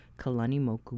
Kalanimoku